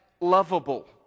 lovable